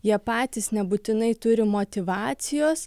jie patys nebūtinai turi motyvacijos